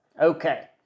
Okay